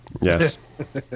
Yes